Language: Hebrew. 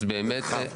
במרחב הכפרי.